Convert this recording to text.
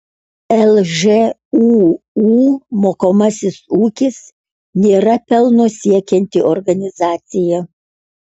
lžūu mokomasis ūkis nėra pelno siekianti organizacija